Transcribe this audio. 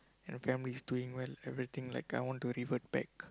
and our family's doing well everything like I want to revert back